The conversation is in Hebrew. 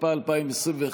התשפ"א 2021,